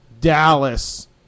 Dallas